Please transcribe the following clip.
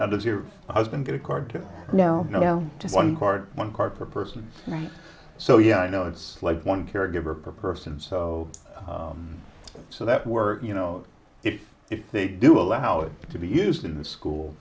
how does your husband get a card to know you know one card one card per person so yeah i know it's like one caregiver per person so so that we're you know if they do allow it to be used in the school